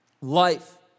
life